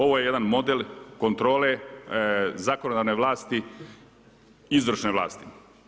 Ovo je jedan model kontrole zakonodavne vlasti, izvršne vlasti.